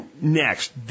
Next